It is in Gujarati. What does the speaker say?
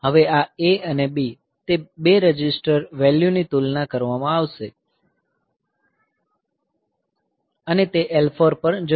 હવે આ A અને B તે 2 રજિસ્ટર વેલ્યુની તુલના કરવામાં આવશે અને તે L4 પર જશે